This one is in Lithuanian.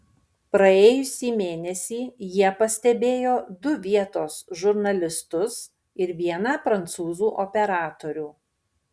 praėjusį mėnesį jie pastebėjo du vietos žurnalistus ir vieną prancūzų operatorių